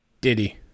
Diddy